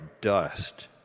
dust